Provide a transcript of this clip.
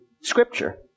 scripture